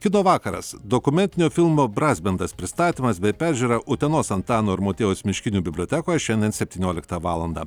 kino vakaras dokumentinio filmo brazbendas pristatymas bei peržiūra utenos antano ir motiejaus miškinių bibliotekoje šiandien septynioliktą valandą